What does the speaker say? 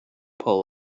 pull